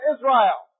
Israel